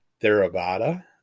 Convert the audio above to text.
Theravada